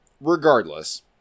regardless